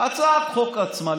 הצעת החוק עצמה,